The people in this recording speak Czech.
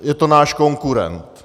Je to náš konkurent.